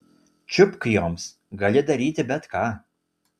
čiupk joms gali daryti bet ką